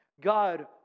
God